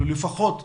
לפחות 140,000,